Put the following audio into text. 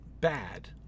bad